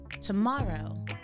Tomorrow